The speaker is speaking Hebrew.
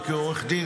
כעורך דין,